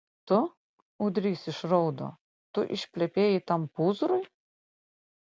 tu ūdrys išraudo tu išplepėjai tam pūzrui